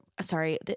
sorry